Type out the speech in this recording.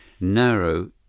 narrow